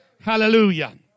hallelujah